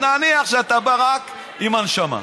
נניח שאתה בא רק עם הנשמה,